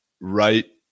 right